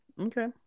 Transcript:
Okay